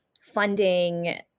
funding